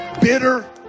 bitter